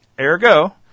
Ergo